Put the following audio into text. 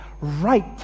Right